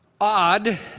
Odd